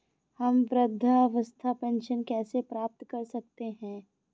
हम वृद्धावस्था पेंशन कैसे प्राप्त कर सकते हैं?